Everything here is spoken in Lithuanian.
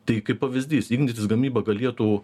tai kaip pavyzdys ignitis gamyba galėtų